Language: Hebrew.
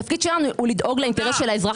התפקיד שלנו הוא לדאוג לאינטרס של האזרח